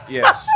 Yes